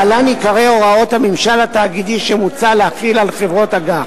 להלן עיקרי הוראות הממשל התאגידי שמוצע להחיל על חברות אג"ח: